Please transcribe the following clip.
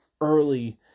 early